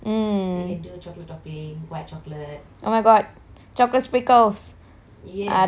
oh my god chocolate sprinkles அதெலாம் போட்டு:athelaam pottu ah